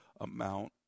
amount